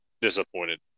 disappointed